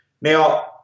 Now